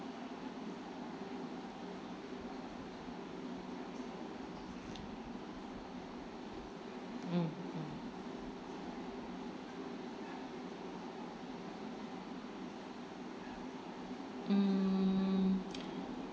mmhmm um